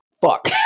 fuck